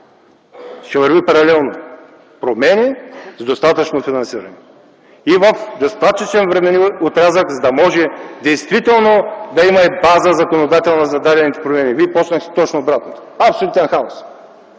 Ще върви паралелно: промени с достатъчно финансиране. Има достатъчен времеви отрязък, за да може действително да има законодателна база за дадените проблеми. Вие започнахте точно обратното – абсолютен хаос!